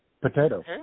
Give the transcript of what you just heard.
Potato